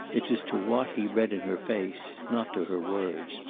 it was to what he read in her face, not to her words,